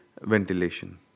ventilation